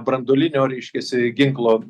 branduolinio reiškiasi ginklo